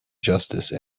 justice